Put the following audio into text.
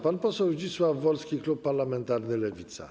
Pan poseł Zdzisław Wolski, klub parlamentarny Lewica.